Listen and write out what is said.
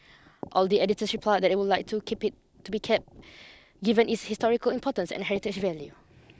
all the editors replied that they would like to keep it to be kept given its historical importance and heritage value